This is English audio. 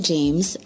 James